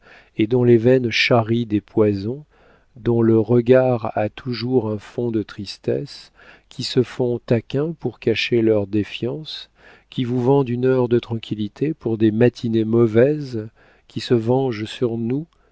et dont les veines charrient des poisons dont le regard a toujours un fond de tristesse qui se font taquins pour cacher leurs défiances qui vous vendent une heure de tranquillité pour des matinées mauvaises qui se vengent sur nous